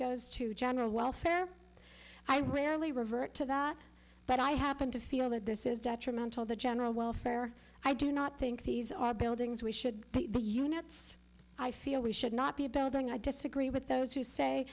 goes to general welfare i rarely revert to that but i happen to feel that this is detrimental the general welfare i do not think these are buildings we should the units i feel we should not be i disagree with those who say